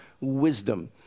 wisdom